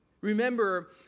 Remember